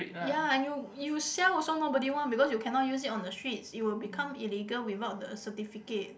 ya and you you sell also nobody want because you cannot use it on the streets it will become illegal without the certificate